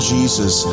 Jesus